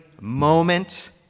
moment